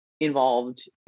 involved